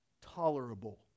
tolerable